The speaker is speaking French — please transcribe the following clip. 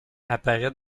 apparaît